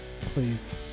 please